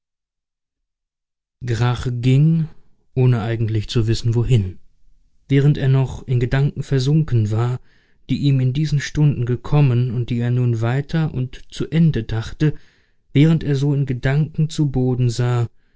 ging ohne eigentlich zu wissen wohin während er noch in gedanken versunken war die ihm in diesen stunden gekommen und die er nun weiter und zu ende dachte während er so in gedanken zu boden sah